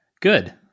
Good